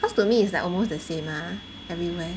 cause to me it's like almost the same lah everywhere